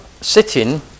sitting